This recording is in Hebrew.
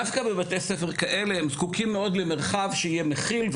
דווקא בבתי ספר כאלה הם זקוקים מאוד למרחב שיהיה מכיל,